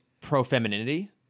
pro-femininity